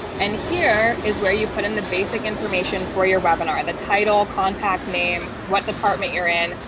and here is where you put in the basic information for your webinar, and the title, contact name, what department you're in,